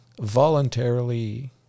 voluntarily